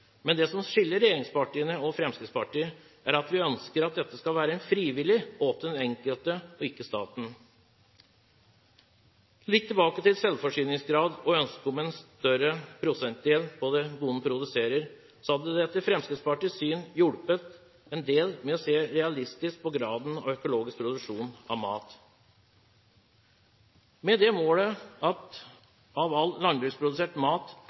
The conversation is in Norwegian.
men det som skiller regjeringspartiene og Fremskrittspartiet, er at vi ønsker at dette skal være frivillig og opp til den enkelte, ikke staten. Litt tilbake til selvforsyningsgrad og ønsket om en større prosentdel av det bonden produserer: Det hadde, etter Fremskrittspartiets syn, hjulpet en del å se realistisk på graden av økologisk produksjon av mat. Målet om at 15 pst. av all landbruksprodusert mat